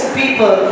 people